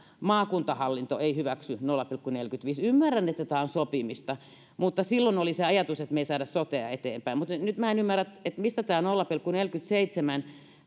maakuntahallinto ei hyväksy nolla pilkku neljääkymmentäviittä ymmärrän että tämä on sopimista mutta silloin oli se ajatus että me emme saa sotea eteenpäin nyt minä en ymmärrä mistä tämä nolla pilkku neljäkymmentäseitsemän